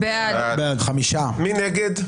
מי נגד?